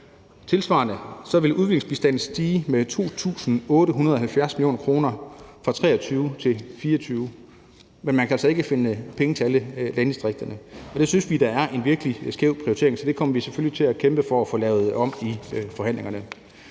Tilsvarende vil udviklingsbistanden stige med 2.870 mio. kr. fra 2023 til 2024. Men man kan altså ikke finde penge til landdistrikterne. Det synes vi da er en virkelig skæv prioritering, så det kommer vi selvfølgelig til at kæmpe for at få lavet om i forhandlingerne,